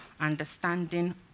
understanding